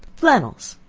flannels.